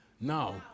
Now